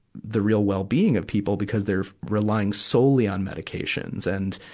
the real well-being of people, because they're relying solely on medications. and,